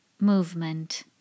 movement